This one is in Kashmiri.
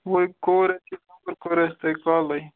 وۄنۍ کوٚر اَسہِ کوٚر اَسہِ تۄہہِ کالٕے